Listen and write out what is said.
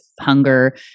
hunger